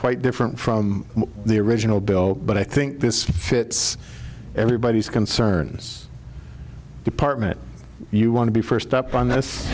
quite different from the original bill but i think this fits everybody's concerns department you want to be fair up on this